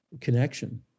connection